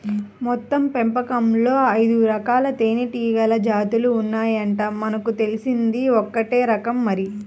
మొత్తం పెపంచంలో ఐదురకాల తేనీగల జాతులు ఉన్నాయంట, మనకు తెలిసింది ఒక్కటే రకం మరి